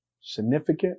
significant